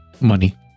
money